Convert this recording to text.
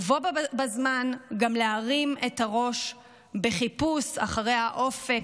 ובו בזמן גם להרים את הראש בחיפוש אחרי האופק,